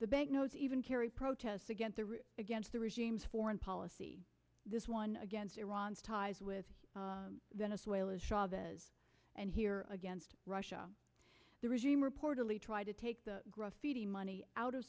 the bank notes even carry protests again against the regimes foreign policy this one against iran's ties with venezuela chavez and here against russia the regime reportedly tried to take the graffiti money out of